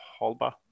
Holba